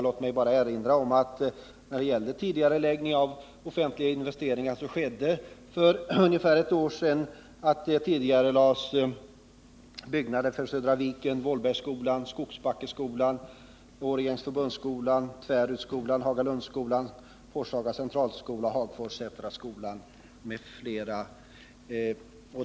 Låt mig bara erinra om att man för ungefär ett år sedan tidigarelade byggnader för Södra Viken, Vålbergsskolan, Skogsbackeskolan, Årjängs förbundsskola, Tvärudsskolan, Hagalundsskolan, Forshaga centralskola och Sättraskolan.